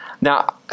Now